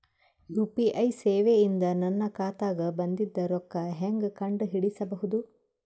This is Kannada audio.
ಯು.ಪಿ.ಐ ಸೇವೆ ಇಂದ ನನ್ನ ಖಾತಾಗ ಬಂದಿದ್ದ ರೊಕ್ಕ ಹೆಂಗ್ ಕಂಡ ಹಿಡಿಸಬಹುದು?